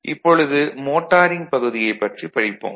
இப்பொழுது மோட்டாரிங் பகுதியைப் பற்றி படிப்போம்